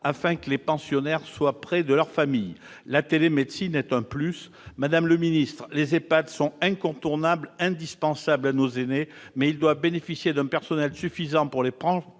afin que les pensionnaires soient près de leur famille. La télémédecine est un « plus ». Madame la ministre, les EHPAD sont incontournables et indispensables à nos aînés, mais ils doivent bénéficier d'un personnel suffisant pour prendre